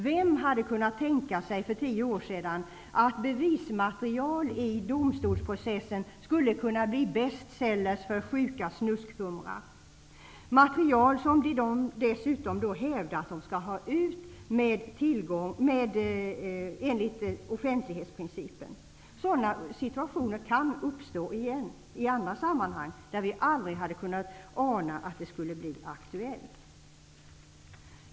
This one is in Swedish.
Vem hade för tio år sedan kunnat tänka sig att bevismaterial i domstolsprocessen skulle kunna bli en bestseller för sjuka snuskhumrar? Det var dessutom material som man hävdade att man skulle få tillgång till enligt offentlighetsprincipen. Sådana situationer kan uppstå igen i andra sammanhang, där vi aldrig hade kunnat ana att det skulle bli aktuellt.